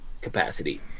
capacity